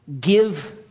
give